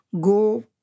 go